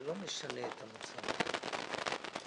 זה לא משנה את המצב הלאה.